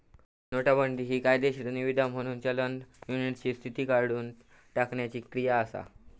नोटाबंदी हि कायदेशीर निवीदा म्हणून चलन युनिटची स्थिती काढुन टाकण्याची क्रिया असा